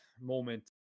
moment